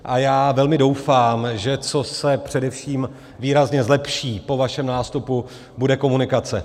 A já velmi doufám, že to, co se především výrazně zlepší po vašem nástupu, bude komunikace.